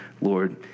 Lord